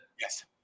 Yes